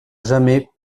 jamais